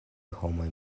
homoj